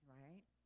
right